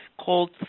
called